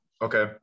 okay